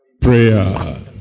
Prayer